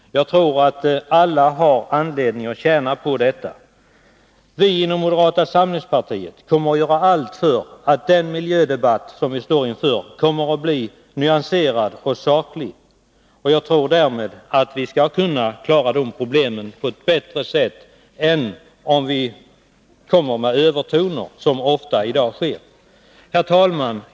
Jag tror att alla kommer att tjäna på detta. Vi inom moderata samlingspartiet kommer att göra allt för att den miljödebatt som vi står inför skall bli nyanserad och saklig. Jag tror därmed att vi skall kunna lösa problemen på ett bättre sätt än om vi kommer med övertoner, som ofta sker i dag. Herr talman!